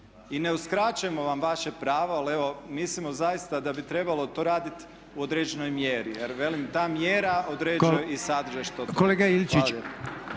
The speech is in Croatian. I ne uskraćujemo vam vaše pravo ali evo mislimo zaista da bi to trebalo raditi u određenoj mjeri. Jer velim ta mjera određuje i sadržaj što …/Govornik